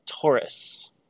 Taurus